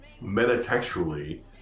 meta-textually